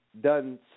done